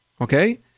Okay